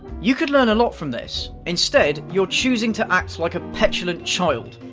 you could learn a lot from this! instead, you're choosing to act like a petulant child.